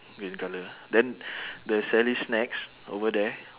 green colour then the sally's snacks over there